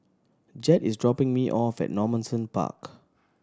Jed is dropping me off at Normanton Park